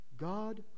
God